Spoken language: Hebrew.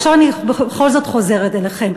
עכשיו אני בכל זאת חוזרת אליכם,